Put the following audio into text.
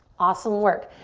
awesome work.